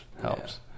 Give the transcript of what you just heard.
helps